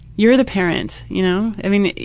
you're the parent. you know, i mean,